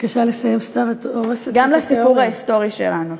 לסיפור ההיסטורי שלנו.